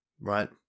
right